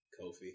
Kofi